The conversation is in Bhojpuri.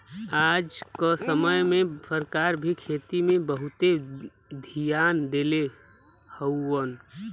आज क समय में सरकार भी खेती पे बहुते धियान देले हउवन